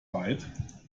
bite